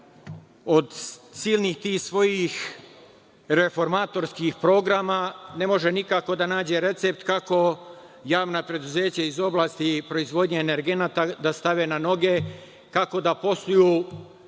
od silnih tih svojih reformatorskih programa ne može nikako da nađe recept kako javna preduzeća iz oblasti proizvodnje energenata da stave na noge, kako da posluju,